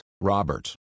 Robert